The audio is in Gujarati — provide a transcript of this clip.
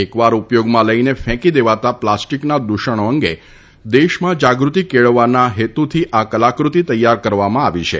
એકવાર ઉપયોગમાં લઇને ફેંકી દેવાતા પ્લાસ્ટિકના દૂષણો અંગે દેશમાં જાગૃતિ કેળવવાના હેતુથી આ કલાકૃતિ તૈયાર કરવામાં આવી છે